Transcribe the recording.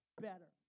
better